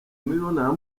mibonano